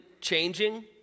changing